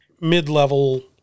mid-level